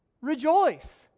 rejoice